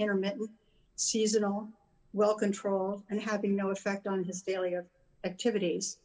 intermittent seasonal well control and having no effect on his family or activities